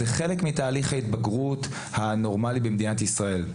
זה חלק מתהליך ההתבגרות הנורמלי במדינת ישראל.